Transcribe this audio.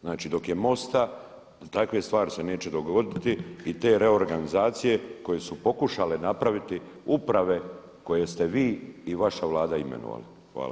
Znači dok je MOST-a takve stvari se neće dogoditi i te reorganizacije koje su pokušale napravite uprave koje ste vi i vaša Vlada imenovali.